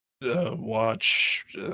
watch